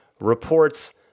reports